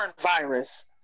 virus